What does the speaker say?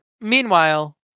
Meanwhile